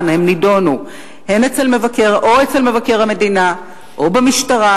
הם נדונו או אצל מבקר המדינה או במשטרה,